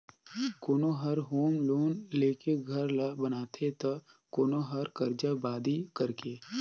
कोनो हर home loan लेके घर ल बनाथे त कोनो हर करजा बादी करके